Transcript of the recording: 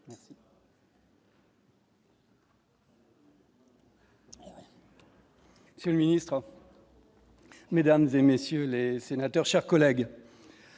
Monsieur le ministre. Mesdames et messieurs les sénateurs, chers collègues,